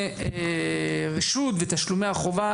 בתשלומי רשות ותשלומי החובה.